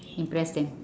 impress them